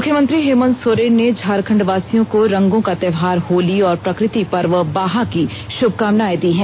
मुख्यमंत्री हेमन्त सोरेन ने झारखण्ड वासियों को रंगों का त्योहार होली और प्रकृति पर्व बाहा की शुभकामनाएं दी है